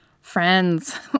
Friends